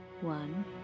One